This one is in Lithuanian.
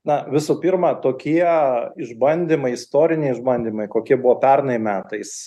na visų pirma tokie išbandymai istoriniai išbandymai kokie buvo pernai metais